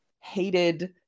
hated